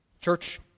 church